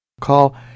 Call